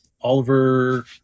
Oliver